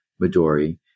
Midori